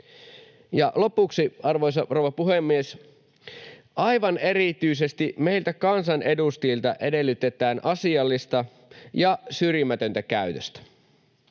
halua? Arvoisa rouva puhemies! Lopuksi: Aivan erityisesti meiltä kansanedustajilta edellytetään asiallista ja syrjimätöntä käytöstä,